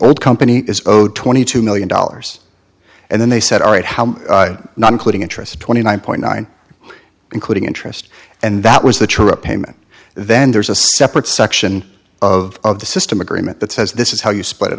old company is owed twenty two million dollars and then they said all right how not including interest twenty nine point nine including interest and that was the true payment then there's a separate section of the system agreement that says this is how you split it